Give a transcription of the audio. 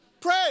pray